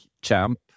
Champ